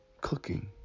cooking